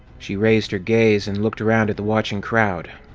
she raised her gaze and looked around at the watching crowd.